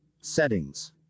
Settings